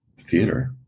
theater